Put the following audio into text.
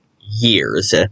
years